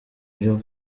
byo